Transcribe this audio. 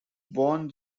born